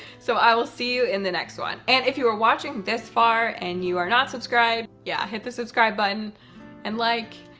so i will see you in the next one. and if you were watching this far and you are not subscribed, yeah, hit the subscribe button and like,